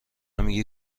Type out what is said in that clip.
میگی